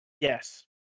Yes